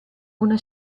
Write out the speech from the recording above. una